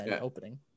opening